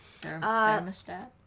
Thermostat